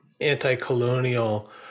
anti-colonial